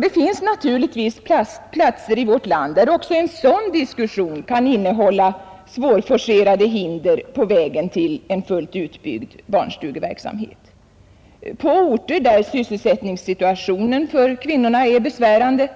Det finns naturligtvis platser i vårt land där också en sådan diskussion kan innehålla svårforcerade hinder på vägen till en fullt utbyggd barnstugeverksamhet. På orter där sysselsättningssituationen för kvinnorna är besvärande